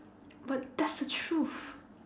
but that's the truth